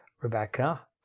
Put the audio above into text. rebecca